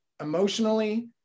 emotionally